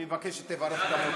אני מבקש שתברך גם אותי,